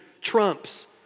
Trumps